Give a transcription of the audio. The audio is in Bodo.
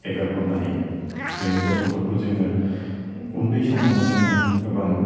एगार हरनो हायो जोंनि गथ'फोरखौ जोङो उन्दै समावनो जोङो गोबां